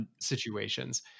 situations